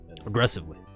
Aggressively